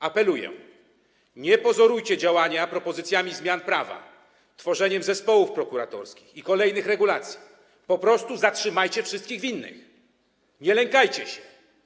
Apeluję: nie pozorujcie działania propozycjami zmian prawa, tworzeniem zespołów prokuratorskich i kolejnych regulacji, po prostu zatrzymajcie wszystkich winnych, nie lękajcie się.